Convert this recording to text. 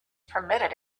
permitted